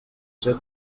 cyo